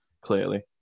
clearly